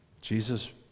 Jesus